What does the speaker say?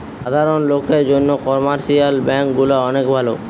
সাধারণ লোকের জন্যে কমার্শিয়াল ব্যাঙ্ক গুলা অনেক ভালো